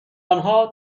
آنها